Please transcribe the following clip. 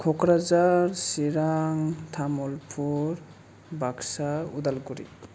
Kokrajhar Chirang Tamulpur Baksa Udalguri